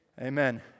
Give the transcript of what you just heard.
Amen